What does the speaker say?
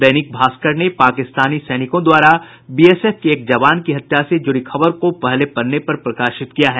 दैनिक भास्कर ने पाकिस्तानी सैनिकों द्वारा बीएसएफ के एक जवान की हत्या से जुड़ी खबर को पहले पन्ने पर प्रकाशित किया है